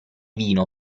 vino